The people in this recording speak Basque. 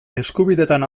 eskubideetan